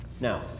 Now